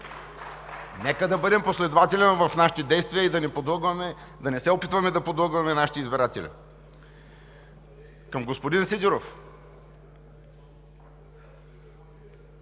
Нека да бъдем последователни в нашите действия и да не се опитваме да подлъгваме нашите избиратели. Към господин Сидеров